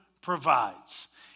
provides